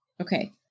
Okay